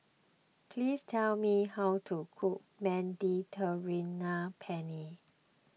please tell me how to cook Mediterranean Penne